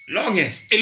longest